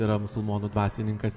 yra musulmonų dvasininkas